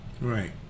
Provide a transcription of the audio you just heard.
Right